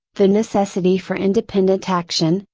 the necessity for independent action,